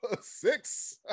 Six